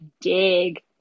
dig